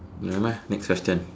nevermind next question